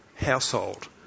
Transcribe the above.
household